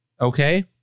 okay